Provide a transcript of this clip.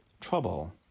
trouble